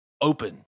open